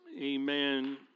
Amen